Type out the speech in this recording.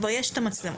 כבר יש את המצלמות.